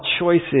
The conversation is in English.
choices